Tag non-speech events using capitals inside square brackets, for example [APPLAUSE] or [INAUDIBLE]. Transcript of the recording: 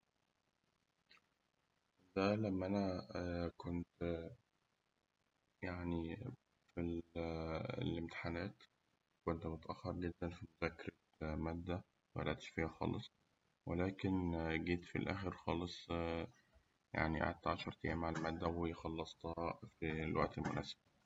ده لما أنا كنت ف الامتحانات كنت بتأخر جداً في مذاكرة مادة مبدأتش فيها خالص، ولكن جيت في الآخر خالص، قعدت عشر أيام على المادة وخلصتها في الوقت المناسب. [NOISE]